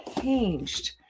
changed